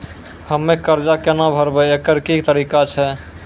हम्मय कर्जा केना भरबै, एकरऽ की तरीका छै?